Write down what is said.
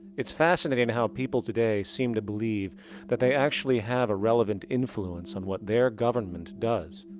it's fascinating how people today seem to believe that they actually have a relevant influence on what their government does,